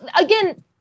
again